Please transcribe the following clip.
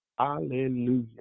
Hallelujah